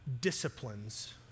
disciplines